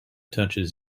touches